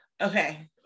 Okay